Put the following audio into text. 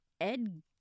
Ed